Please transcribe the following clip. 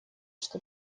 что